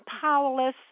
powerless